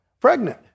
pregnant